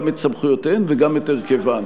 גם את סמכויותיהן וגם את הרכבן.